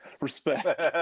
respect